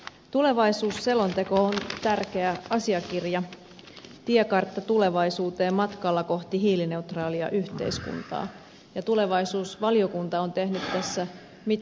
tulevaisuusselonteko on tärkeä asiakirja tiekartta tulevaisuuteen matkalla kohti hiilineutraalia yhteiskuntaa ja tulevaisuusvaliokunta on tehnyt tässä mittavan työn